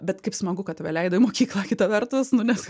bet kaip smagu kad tave leido į mokyklą kita vertus nu nes